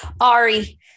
Ari